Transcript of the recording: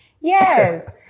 Yes